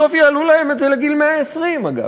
בסוף יעלו להם את זה לגיל 120, אגב.